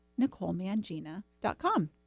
NicoleMangina.com